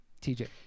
TJ